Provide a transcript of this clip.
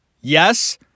Yes